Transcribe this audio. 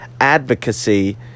advocacy